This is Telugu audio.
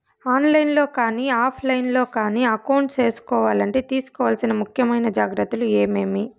ఆన్ లైను లో కానీ ఆఫ్ లైను లో కానీ అకౌంట్ సేసుకోవాలంటే తీసుకోవాల్సిన ముఖ్యమైన జాగ్రత్తలు ఏమేమి?